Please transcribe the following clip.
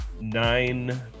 nine